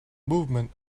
movement